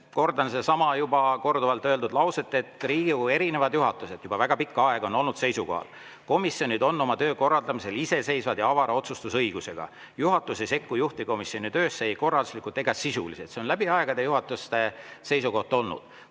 kordan seda juba korduvalt öeldud lauset, et Riigikogu erinevad juhatused on juba väga pikka aega olnud seisukohal, et komisjonid on oma töö korraldamisel iseseisvad ja avara otsustusõigusega, juhatus ei sekku juhtivkomisjoni töösse ei korralduslikult ega sisuliselt. See on läbi aegade juhatuste seisukoht olnud.